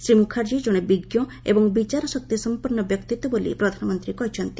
ଶ୍ରୀ ମୁଖାର୍ଜୀ ଜଣେ ବିଜ୍ଞ ଏବଂ ବିଚାରଶକ୍ତିସଂପନ୍ନ ବ୍ୟକ୍ତିତ୍ୱ ବୋଲି ପ୍ରଧାନମନ୍ତ୍ରୀ କହିଛନ୍ତି